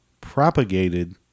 propagated